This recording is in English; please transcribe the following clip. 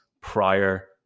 prior